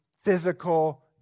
physical